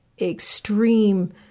extreme